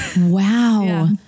Wow